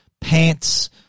pants